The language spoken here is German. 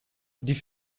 die